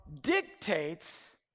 dictates